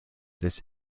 this